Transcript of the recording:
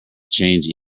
change